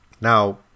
now